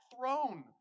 throne